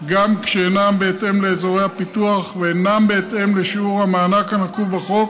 גם כשאינם בהתאם לאזורי הפיתוח ואינם בהתאם לשיעור המענק הנקוב בחוק,